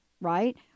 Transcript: Right